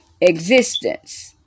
existence